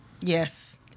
Yes